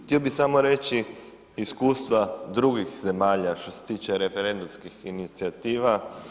Htio bih samo reći, iskustva drugih zemalja što se tiče referendumskih inicijativa.